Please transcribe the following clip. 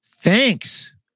thanks